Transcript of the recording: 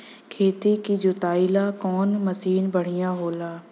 खेत के जोतईला कवन मसीन बढ़ियां होला?